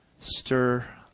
stir